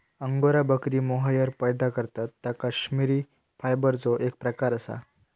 angora बकरी mohair पैदा करतत ता कश्मिरी फायबरचो एक प्रकार असा